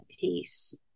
peace